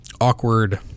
awkward